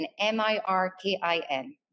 M-I-R-K-I-N